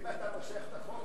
אם אתה מושך את החוק,